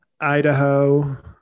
Idaho